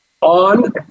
on